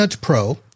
Pro